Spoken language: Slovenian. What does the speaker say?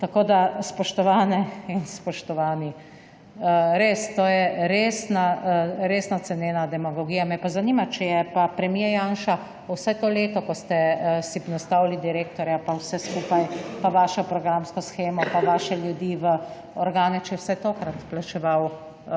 Kajne? Spoštovane in spoštovani, to je resno cenena demagogija. Me pa zanima, če je pa premier Janša vse to leto, ko ste si nastavili direktorja, pa vse skupaj, pa vašo programsko shemo, pa vaše ljudi v organe, če je vsaj tokrat plačeval